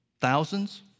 Thousands